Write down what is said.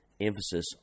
emphasis